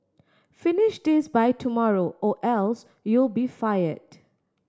finish this by tomorrow or else you'll be fired